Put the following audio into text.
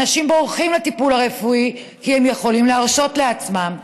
אנשים בורחים לטיפול הרפואי הפרטי כי הם יכולים להרשות לעצמם.